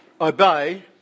obey